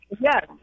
Yes